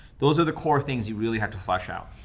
those are the core things you really have to flush out.